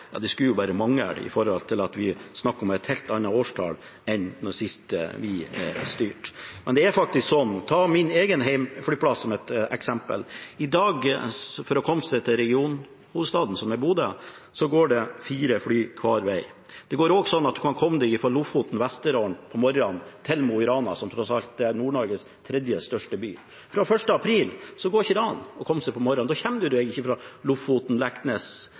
skulle bare mangle, vi snakker om et helt annet årstall enn sist vi styrte. Ta min egen hjemflyplass som et eksempel: For å komme seg til regionhovedstaden, som er Bodø, i dag, går det fire fly hver vei. Man kan også komme seg fra Lofoten og Vesterålen på morgenen til Mo i Rana, som tross alt er Nord-Norges tredje største by. Fra 1. april går det ikke an å komme seg dit på morgenen. Man kommer seg ikke fra Lofoten, Leknes,